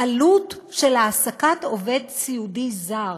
העלות של העסקת עובד סיעודי זר